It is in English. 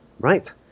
right